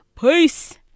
Peace